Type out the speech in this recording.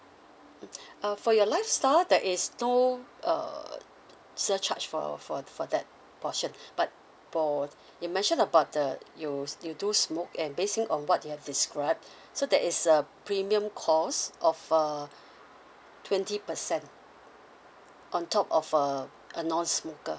uh for your lifestyle there is no uh surcharge for for for that portion but for you mentioned about the you you do smoke and basing on what you have described so there is a premium cost of uh twenty percent on top of a a non smoker